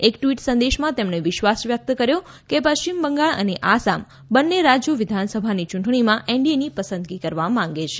એક ટ્વિટ સંદેશમાં તેમણે વિશ્વાસ વ્યક્ત કર્યો છે કે પશ્ચિમ બંગાળ અને આસામ બંને રાજ્યો વિધાનસભાની ચૂંટણીમાં એનડીએની પસંદગી કરવા માગે છે